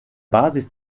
basis